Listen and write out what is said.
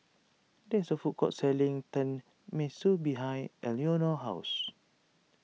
there is a food court selling Tenmusu behind Eleanor's house